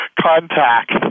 contact